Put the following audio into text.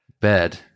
bed